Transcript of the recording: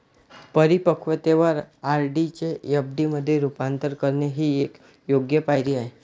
परिपक्वतेवर आर.डी चे एफ.डी मध्ये रूपांतर करणे ही एक योग्य पायरी आहे